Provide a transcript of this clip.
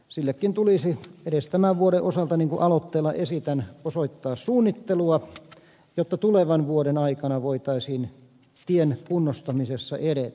sillekin tulisi edes tämän vuoden osalta niin kuin aloitteella esitän osoittaa suunnittelua jotta tulevan vuoden aikana voitaisiin tien kunnostamisessa edetä